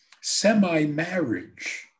semi-marriage